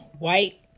White